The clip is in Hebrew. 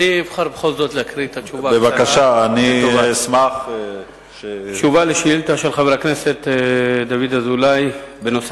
חבר הכנסת דוד אזולאי שאל את שר לשירותי דת ביום ח'